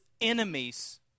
enemies